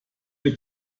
wie